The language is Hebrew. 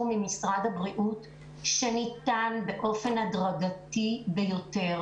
ממשרד הבריאות שניתן באופן הדרגתי ביותר,